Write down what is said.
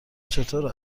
چطور